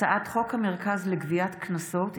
הצעת חוק המרכז לגביית קנסות,